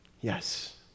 Yes